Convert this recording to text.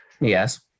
Yes